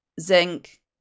zinc